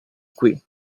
qui